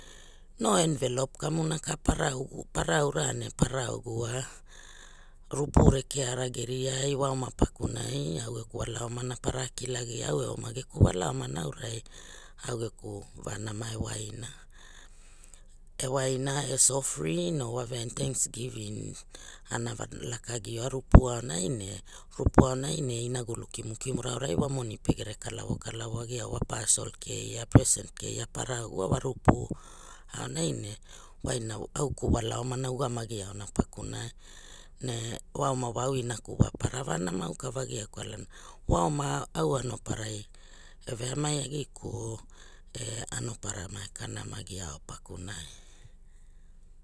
No envelope kamuna a para ugu para ura ne para ugua rupu rekeara geriai wa onia pakunai au geku wala omana para kilagia, au e oma au geku wala omana aurai au geku vanama e waina, e wanaina es ofrin or wa veaina thanks giving auna va lakagi ao rupuaonai ne rupu aonai ne inagulu kimukimu ra aorai wa moni pegere kalavokalavo agia wa pasol keia present keia para ugua wa wa rupa aunai ne wa ina au geku wala ugamagi aona pakurai ne wa ona au inak wa paravanama auka vagi kwalana wa oma au anoparai e veamai agiku o e anopara maekana auna gia o pakunai.